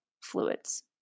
fluids